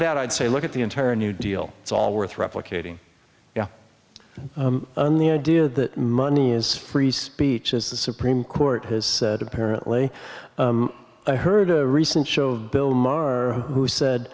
that i'd say look at the entire new deal it's all worth replicating you know and the idea that money is free speech is the supreme court has said apparently i heard a recent bill maher who said